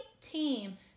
team